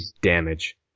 damage